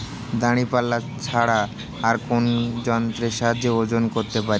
দাঁড়িপাল্লা ছাড়া আর কোন যন্ত্রের সাহায্যে ওজন করতে পারি?